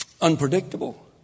Unpredictable